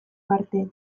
parte